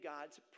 God's